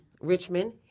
Richmond